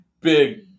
big